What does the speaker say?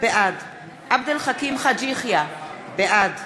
בעד עבד אל חכים חאג' יחיא, בעד